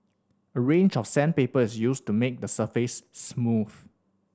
a range of sandpaper is used to make the surface smooth